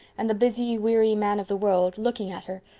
and the busy, weary man of the world, looking at her,